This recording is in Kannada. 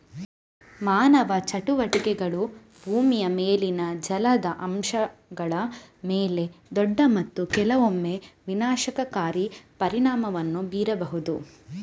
ಮಾನವ ಚಟುವಟಿಕೆಗಳು ಭೂಮಿಯ ಮೇಲಿನ ಜಲದ ಅಂಶಗಳ ಮೇಲೆ ದೊಡ್ಡ ಮತ್ತು ಕೆಲವೊಮ್ಮೆ ವಿನಾಶಕಾರಿ ಪರಿಣಾಮವನ್ನು ಬೀರಬಹುದು